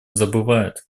забывают